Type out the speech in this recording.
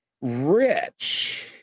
rich